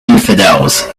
infidels